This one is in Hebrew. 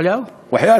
ואללה?